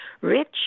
rich